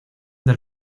del